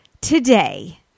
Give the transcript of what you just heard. today